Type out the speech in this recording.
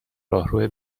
راهرو